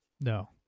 No